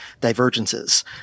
divergences